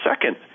second